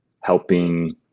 helping